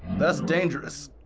that's dangerous.